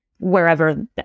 wherever